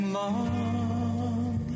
long